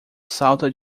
salta